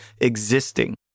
existing